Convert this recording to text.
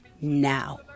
Now